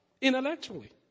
intellectually